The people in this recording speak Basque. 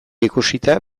ikusita